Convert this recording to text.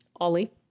Ollie